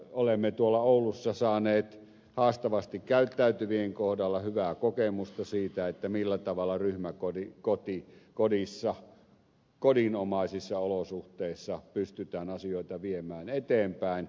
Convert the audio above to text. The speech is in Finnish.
olemme tuolla oulussa saaneet haastavasti käyttäytyvien kohdalla hyvää kokemusta siitä millä tavalla ryhmäkodissa kodinomaisissa olosuhteissa pystytään asioita viemään eteenpäin